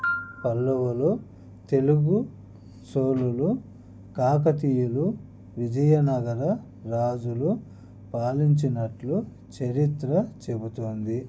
పల్లవులు తెలుగు చోళులు కాకతీయులు విజయనగర రాజులు పాలించినట్లు చరిత్ర చెబుతోంది